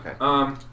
Okay